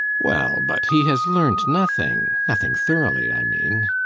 well, but he has learnt nothing nothing thoroughly, i mean.